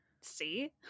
See